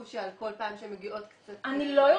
שכל פעם שהן מגיעות קצת --- אני לא יודעת,